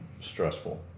Stressful